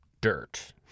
dirt